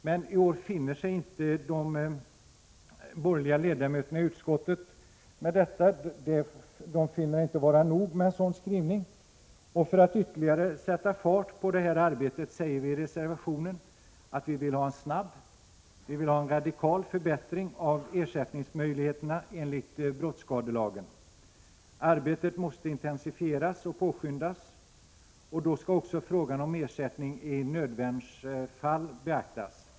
Men i år finner de borgerliga ledamöterna i utskottet inte en sådan skrivning vara nog. För att ytterligare sätta fart på arbetet säger vi i reservationen att vi vill ha en snabb och radikal förbättring av ersättningsmöjligheterna enligt brottsskadelagen. Arbetet måste intensifieras och påskyndas. Och då skall också frågan om ersättning i nödvärnsfall beaktas.